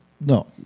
No